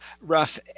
rough